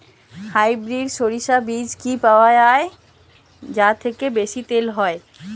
Hybrid শরিষা বীজ কি পাওয়া য়ায় যা থেকে বেশি তেল হয়?